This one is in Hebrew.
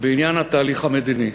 בעניין התהליך המדיני.